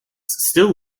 still